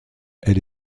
elle